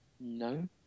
No